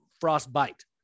frostbite